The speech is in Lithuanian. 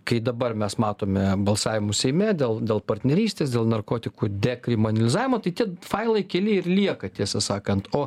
kai dabar mes matome balsavimus seime dėl dėl partnerystės dėl narkotikų dekriminalizavimo tai tie failai keli ir lieka tiesą sakant o